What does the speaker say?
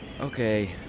Okay